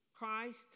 Christ